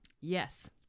Yes